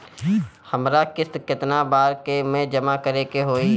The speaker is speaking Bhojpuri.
हमरा किस्त केतना बार में जमा करे के होई?